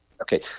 Okay